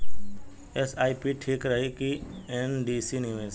SIP ठीक रही कि एन.सी.डी निवेश?